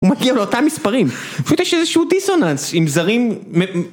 הוא מגיע לאותם מספרים, פשוט יש איזשהו דיסוננס עם זרים